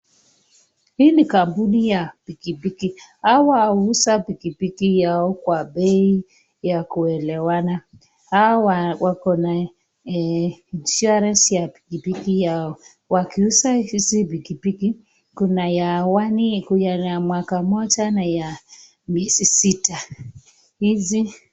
Hii ni kampuni ya pikipiki. Hawa huuza pikipiki yao kwa bei yakuelewana. Hawa wako na insurance ya pikipiki yao. Wakiuza hizi piki piki, kuna ya mwaka mmoja na miezi sita. Hizi